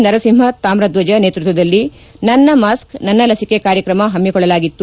ನರಸಿಂಹ ತಾವುದ್ದಜ ನೇತೃತ್ವದಲ್ಲಿ ನನ್ನ ಮಾಸ್ತ್ ನನ್ನ ಲಸಿಕೆ ಕಾರ್ಯಕ್ರಮ ಪಮಿಕೊಳ್ಳಲಾಗಿತ್ತು